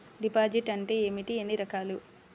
Deposit అంటే ఏమిటీ ఎన్ని రకాలు?